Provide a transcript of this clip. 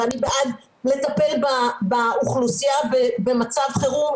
ואני בעד לטפל באוכלוסייה במצב חירום,